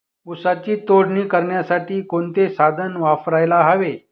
ऊसाची तोडणी करण्यासाठी कोणते साधन वापरायला हवे?